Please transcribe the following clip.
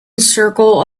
circle